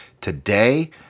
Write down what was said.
today